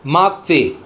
मागचे